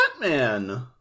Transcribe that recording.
Batman